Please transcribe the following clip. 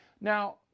Now